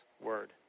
word